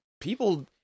People